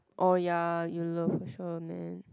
oh ya you love for sure man